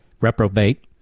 reprobate